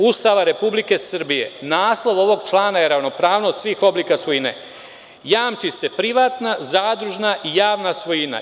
Ustava RS, naslov ovog člana je – Ravnopravnost svih oblika svojine: „ Jamči se privatna, zadružna i javna svojina.